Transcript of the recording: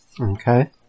Okay